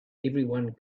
everyone